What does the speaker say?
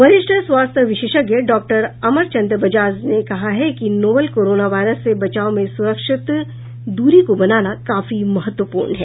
वरिष्ठ स्वास्थ्य विशेषज्ञ डॉक्टर अमरचंद बजाज ने कहा है कि नोवल कोरोना वायरस से बचाव में सुरक्षित दूरी के बनाना काफी महत्वपूर्ण है